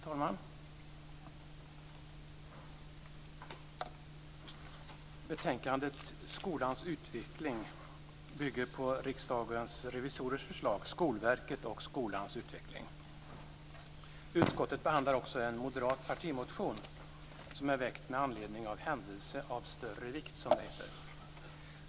Fru talman! Betänkandet Skolans utveckling bygger på Riksdagens revisorers förslag Skolverket och skolans utveckling. Utskottet behandlar också en moderat partimotion som är väckt med anledning av händelse av större vikt, som det heter.